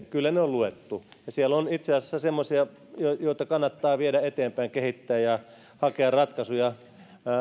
kyllä ne on luettu ja siellä on itse asiassa semmoisia joita kannattaa viedä eteenpäin kehittää ja hakea ratkaisuja